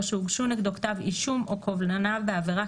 או שהוגשו נגדו כתב אישום או קובלנה בעבירה